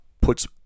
puts